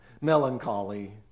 melancholy